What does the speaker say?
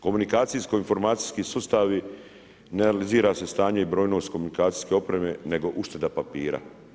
Komunikacijsko-informacijski sustavi, ne realizira se stanje i brojnost komunikacijske opreme nego ušteda papira.